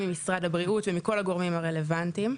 ממשרד הבריאות ומכל הגורמים הרלוונטיים.